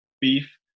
beef